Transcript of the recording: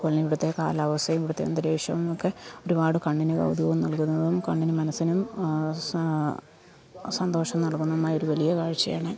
പിന്നെ ഇവിടുത്തെ കാലാവസ്ഥയും ഇവിടുത്തെ അന്തരീക്ഷവും ഒക്കെ ഒരുപാട് കണ്ണിന് കൗതുകം നൽകുന്നതും കണ്ണിനും മനസ്സിനും സന്തോഷം നൽകുന്നതുമായൊരു വലിയ കാഴ്ച്ചയാണ്